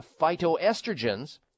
phytoestrogens